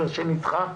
שנדחה הבוקר?